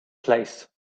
place